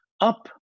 up